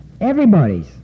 Everybody's